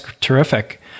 terrific